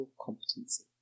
competency